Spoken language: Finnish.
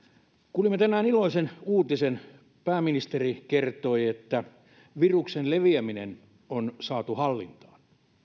kuulimme tänään iloisen uutisen pääministeri kertoi että viruksen leviäminen on saatu hallintaan